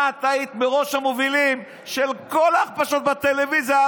את היית בראש המובילים של כל ההכפשות בטלוויזיה.